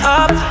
up